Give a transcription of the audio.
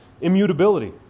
immutability